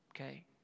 okay